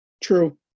True